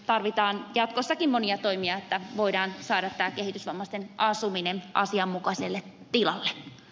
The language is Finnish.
tarvitaan jatkossakin monia toimia että voidaan saada tämä kehitysvammaisten asuminen asianmukaiselle tilalle